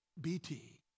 BT